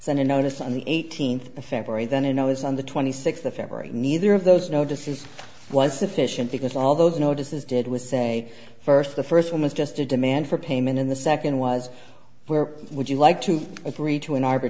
sent a notice on the eighteenth of february then it was on the twenty sixth of february neither of those notices was sufficient because all those notices did was say first the first one was just a demand for payment in the second was where would you like to agree to an arb